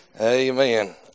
amen